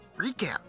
recap